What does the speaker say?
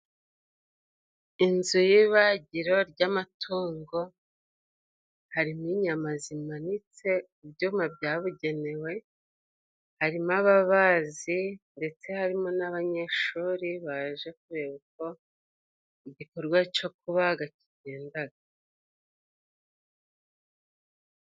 Inzu y'ibagiro ry'amatungo. Harimo inyama zimanitse, ibyuma byabugenewe, harimo ababazi ndetse harimo n'abanyeshuri baje kureba uko igikorwa cyo kubaga kigendaga.